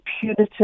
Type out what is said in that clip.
punitive